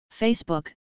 Facebook